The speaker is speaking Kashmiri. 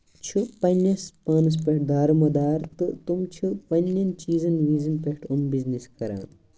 چھُ پَنٕنِس پانَس پٮ۪ٹھ دارمَدار تہٕ تِم چھِ پَنٕنٮ۪ن چیٖزَن ویٖزَن پٮ۪ٹھ أسۍ بِزنٮ۪س کران